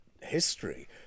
history